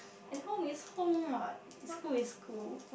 and home is home what and school is school